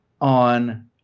on